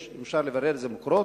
יש, אפשר לברר את זה ב"מקורות".